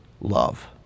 love